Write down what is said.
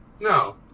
No